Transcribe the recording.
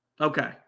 Okay